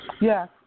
Yes